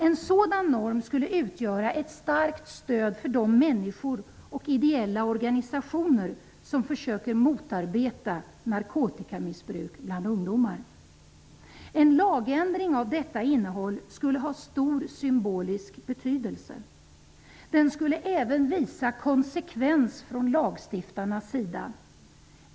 En sådan norm skulle utgöra ett starkt stöd för de människor och ideella organisationer som försöker motarbeta narkotikamissbruk bland ungdomar. En lagändring av detta innehåll skulle ha stor symbolisk betydelse. Den skulle även visa konsekvens från lagstiftarens sida.